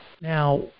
Now